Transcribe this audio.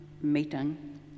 meeting